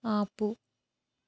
ఆపు